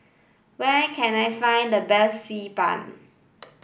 where can I find the best Xi Ban